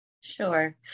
Sure